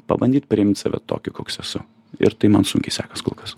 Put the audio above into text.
pabandyt priimt save tokį koks esu ir tai man sunkiai sekas kol kas